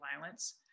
violence